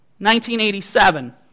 1987